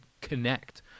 connect